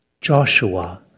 Joshua